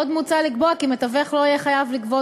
עוד מוצע לקבוע כי מתווך לא יהיה חייב לגבות